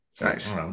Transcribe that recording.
Nice